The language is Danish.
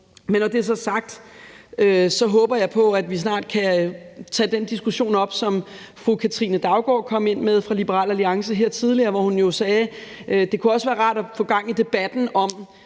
når det er sagt, håber jeg på, at vi snart kan tage den diskussion op, som fru Katrine Daugaard fra Liberal Alliance kom ind på tidligere, hvor hun jo sagde, at det også kunne være rart at få gang i debatten om,